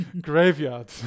Graveyard